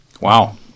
Wow